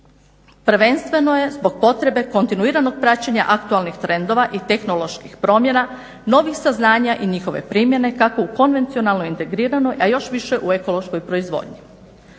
Prvenstveno je zbog potrebe kontinuiranog praćenja aktualnih trendova i tehnoloških promjena, novih saznanja i njihove primjene kako u konvencionalnoj integriranoj, a još više u ekološkoj proizvodnji.